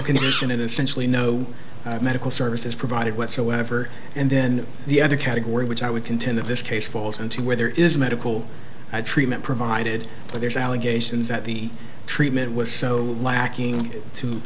condition and essentially no medical services provided whatsoever and then the other category which i would contend that this case falls into where there is medical treatment provided there's allegations that the treatment was so lacking to